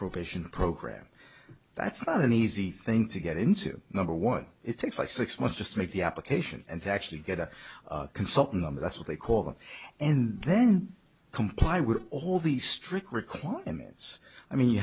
probation program that's not an easy thing to get into number one it takes like six months just to make the application and actually get a consultant on that's what they call them and then comply with all these strict requirements i mean you